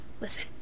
listen